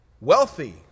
wealthy